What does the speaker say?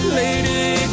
lady